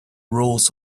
rolls